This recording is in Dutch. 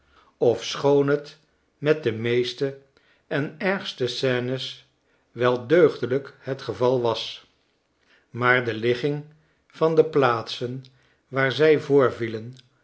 ofschoon het met de meeste en ergste scenes wel deugdelijk het geval was maarde ligging van de plaatsen waar z voorvielen